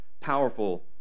powerful